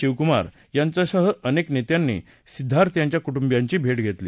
शिवकुमार यांच्यासह अनेक नेत्यांनी सिद्धार्थ यांच्या कुटुंबियांची भेट घेतली